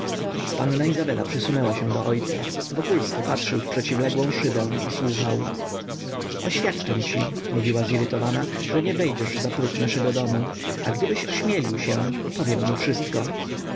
panna izabela przysunęła się do ojca wokulski patrzył w przeciwległą szybę i słuchał oświadczam ci mówiła zirytowana że nie wejdziesz za próg naszego domu a gdybyś ośmielił się powiem mu wszystko